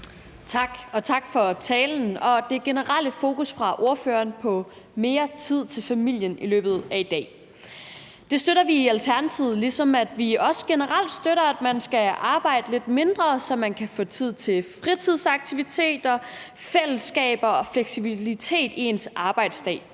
tak for talen og det generelle fokus i løbet af i dag fra ordføreren på mere tid til familien. Det støtter vi i Alternativet, ligesom vi også generelt støtter, at man skal arbejde lidt mindre, så man kan få tid til fritidsaktiviteter, fællesskaber og fleksibilitet i sin arbejdsdag.